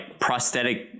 prosthetic